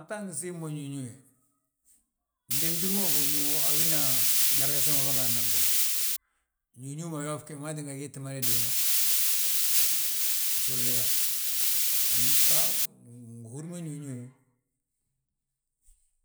Bta ngi siim mo ñuuñuwe, ndemtir ma gommu a wina, gdagase ma bâgaadna bommu. Ñuuñuu ma yoof gi wi maa ttinga gii tti mada déena, so ubiiŧa, gon ta ngi húri mo ñuuñuwe,